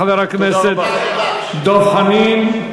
תודה לחבר הכנסת דב חנין.